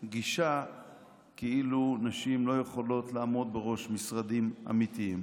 גישה כאילו נשים לא יכולות לעמוד בראש משרדים אמיתיים.